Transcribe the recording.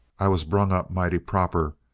i was brung up mighty proper.